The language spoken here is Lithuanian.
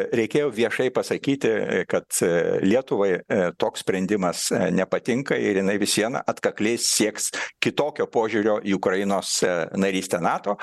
reikėjo viešai pasakyti kad lietuvai toks sprendimas nepatinka ir jinai vis viena atkakliai sieks kitokio požiūrio į ukrainos narystę nato